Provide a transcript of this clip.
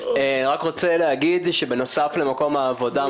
אני רק רוצה להגיד שבנוסף למקום העבודה,